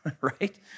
right